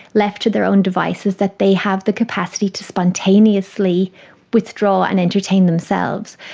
left to their own devices, that they have the capacity to spontaneously withdraw and entertain themselves.